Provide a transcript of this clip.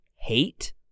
hate